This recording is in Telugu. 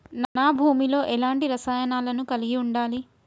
నా భూమి లో ఎలాంటి రసాయనాలను కలిగి ఉండాలి?